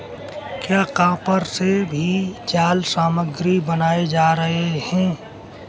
क्या कॉपर से भी जाल सामग्री बनाए जा रहे हैं?